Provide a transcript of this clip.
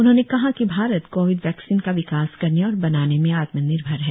उन्होंने कहा कि भारत कोविड वैक्सीन का विकास करने और बनाने में आत्मनिर्भर है